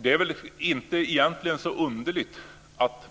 Det är väl inte så underligt att